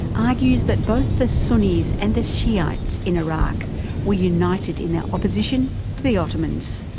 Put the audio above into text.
argues that both the sunnies and the shiites in iraq were united in their opposition to the ottomans.